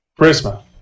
Prisma